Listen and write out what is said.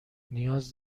نیاز